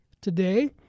today